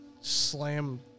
slam